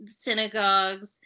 synagogues